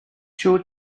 two